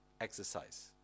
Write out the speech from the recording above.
exercise